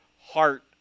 heart